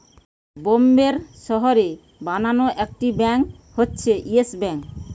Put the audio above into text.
বোম্বের শহরে বানানো একটি ব্যাঙ্ক হচ্ছে ইয়েস ব্যাঙ্ক